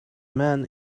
man